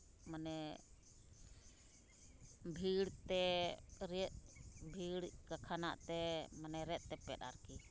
ᱢᱟᱱᱮ ᱵᱷᱤᱲᱛᱮ ᱨᱮᱫ ᱵᱷᱤᱲ ᱞᱮᱠᱟᱱᱟᱜ ᱛᱮ ᱢᱟᱱᱮ ᱨᱮᱫ ᱛᱮᱯᱮᱫ ᱟᱨᱠᱤ